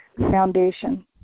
foundation